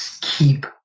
Keep